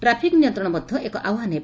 traffic ନିୟନ୍ତଣ ମଧ୍ୟ ଏକ ଆହ୍ୱାନ ହେବ